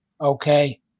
okay